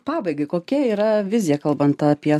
pabaigai kokia yra vizija kalbant apie